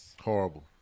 Horrible